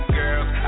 girls